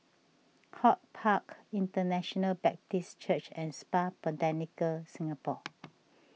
HortPark International Baptist Church and Spa Botanica Singapore